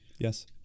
Yes